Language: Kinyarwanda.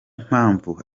mpamvu